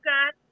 God